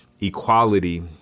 equality